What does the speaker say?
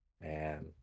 Man